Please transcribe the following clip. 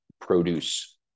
produce